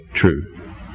true